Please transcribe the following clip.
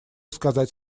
сказать